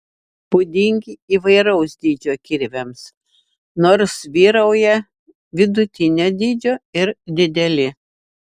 būdingi įvairaus dydžio kirviams nors vyrauja vidutinio dydžio ir dideli